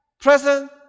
present